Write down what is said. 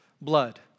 blood